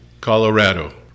Colorado